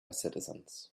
citizens